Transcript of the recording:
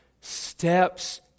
steps